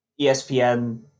ESPN